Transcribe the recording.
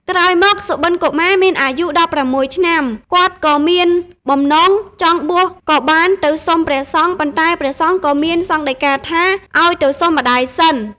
ក្រោយមក សុបិន្តកុមាមានអាយុ១៦ឆ្នាំ គាត់ក៏មានបំណងចង់បួសក៏បានទៅសុំព្រះសង្ឃ ប៉ុន្តែព្រះសង្ឃក៏មានសង្ឃដីការថាអោយទៅសុំម្តាយសិន ។